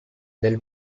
del